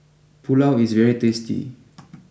Pulao is very tasty